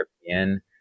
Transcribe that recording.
European